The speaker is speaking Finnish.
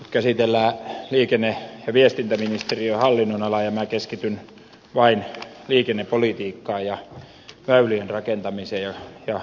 käsitellään liikenne ja viestintäministeriön hallinnonalaa ja minä keskityn vain liikennepolitiikkaan ja väylien rakentamiseen ja ylläpitoon